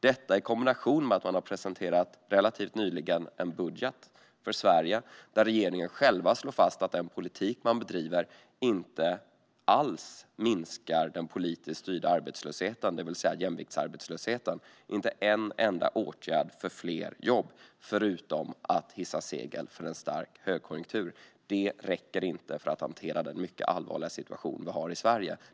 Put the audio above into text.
I kombination med detta har man relativt nyligen presenterat en budget för Sverige där regeringen själv slår fast att den politik som man bedriver inte alls minskar den politiskt styrda arbetslösheten, det vill säga jämviktsarbetslösheten. Här finns inte en enda åtgärd för fler jobb, förutom att hissa segel för en stark högkonjunktur. Detta räcker inte för att hantera den mycket allvarliga situation som vi har i Sverige.